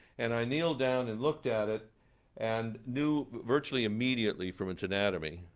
and i kneel down and looked at it and knew virtually immediately, from its anatomy,